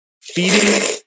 Feeding